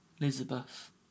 Elizabeth